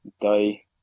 die